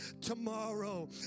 tomorrow